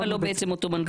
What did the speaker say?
למה לא בעצם אותו מנגנון?